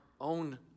own